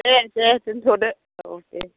दे दे दोन्थ'दो औ दे